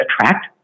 attract